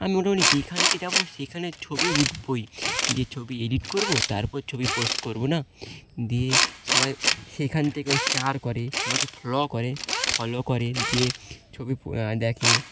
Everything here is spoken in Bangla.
আমি মোটামুটি যেখানকে যাব সেখানের ছবি উঠবই দিয়ে ছবি এডিট করব তারপর ছবি পোস্ট করব না দিয়ে সবাই সেখান থেকেও শেয়ার করে আমাকে ফ্ল করে ফলো করেন দিয়ে ছবি পো দেখে